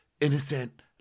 innocent